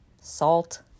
salt